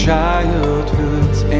childhood's